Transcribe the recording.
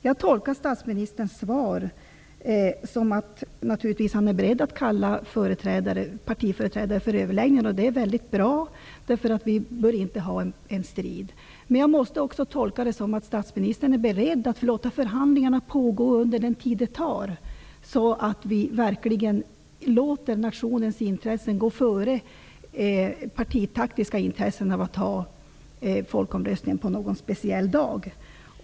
Jag tolkar statsministerns svar så, att han naturligtvis är beredd att kalla partiföreträdare till överläggningar. Det är väldigt bra, för vi bör inte ha en strid i det sammanhanget. Jag måste också tolka svaret så, att statsministern är beredd att låta förhandlingarna pågå under den tid som behövs, så att vi verkligen låter nationens intressen gå före partitaktiska intressen av att ha folkomröstningen på en speciell dag.